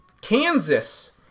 Kansas